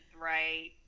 right